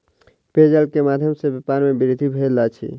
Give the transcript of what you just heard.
पेयजल के माध्यम सॅ व्यापार में वृद्धि भेल अछि